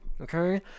okay